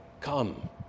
come